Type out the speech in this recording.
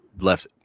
left